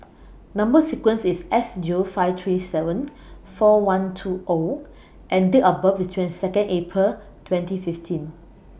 Number sequence IS S Zero five three seven four one two O and Date of birth IS twenty Second April twenty fifteen